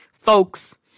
folks